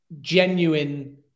genuine